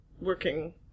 working